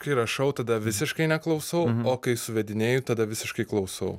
kai rašau tada visiškai neklausau o kai suvedinėju tada visiškai klausau